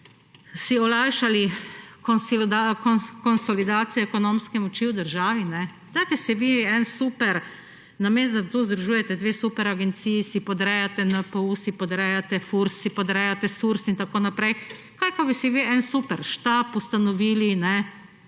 si olajšali konsolidacijo ekonomske moči v državi, dajte si vi namesto da tu združujete dve superagenciji, si podrejate NPU, si podrejate FURS, si podrejate SURS in tako naprej, kaj ko bi vi si en superštab ustanovili pa